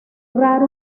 raro